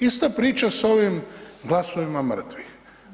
Ista priča sa ovim glasovima mrtvih.